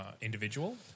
individual